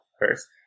first